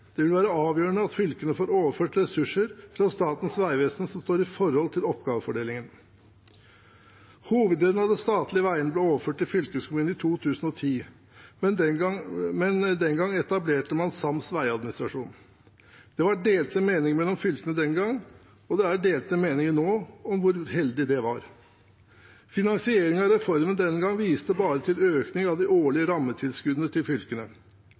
Det vil være avgjørende at fylkene får overført ressurser fra Statens vegvesen som står i forhold til oppgavefordelingen. Hoveddelen av de statlige veiene ble overført til fylkeskommunene i 2010, men den gang etablerte man sams veiadministrasjon. Det var delte meninger mellom fylkene den gang, og det er delte meninger nå om hvor heldig det var. Finansieringen av reformen den